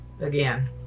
Again